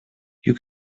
you